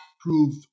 prove